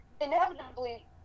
inevitably